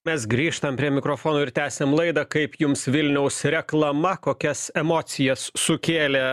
mes grįžtam prie mikrofono ir tęsiam laidą kaip jums vilniaus reklama kokias emocijas sukėlė